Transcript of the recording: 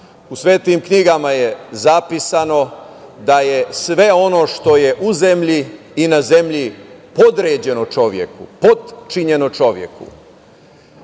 svetim knjigama je zapisano da je sve ono što je u zemlji i na zemlji podređeno čoveku, potčinjeno čoveku.